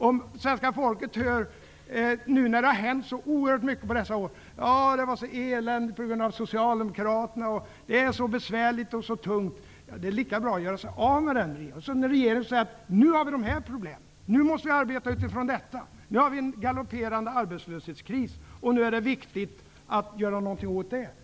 Trots att det har hänt så mycket under dessa år får svenska folket bara höra: ''Åh, det är så eländigt på grund av Socialdemokraterna. Det är så besvärligt och så tungt.'' Ja, det är lika bra att göra sig av med en sådan regering. I stället skall det vara en regering som säger: ''Nu har vi dessa problem. Nu måste vi arbeta med detta som utgångspunkt. Nu råder det en galopperande arbetslöshetskris. Nu är det viktigt att göra något åt det.''